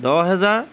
দহ হেজাৰ